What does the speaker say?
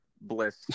bliss